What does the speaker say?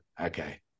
okay